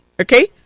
Okay